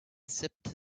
sipped